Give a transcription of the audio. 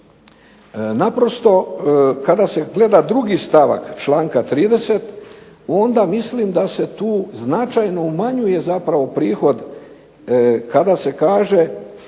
Naprosto kada se gleda drugi stavak članka 30. onda mislim da se tu značajno umanjuje zapravo prihod kada se kaže